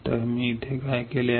तर मी इथे काय केले आहे